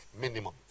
minimum